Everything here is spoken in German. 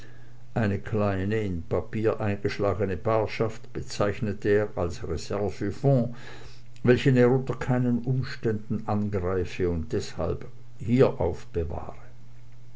eine kleine in papier eingeschlagene barschaft bezeichnete er als reservefonds welchen er unter keinen umständen angreife und deshalb hier aufbewahre